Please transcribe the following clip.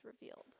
revealed